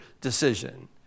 decision